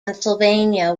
pennsylvania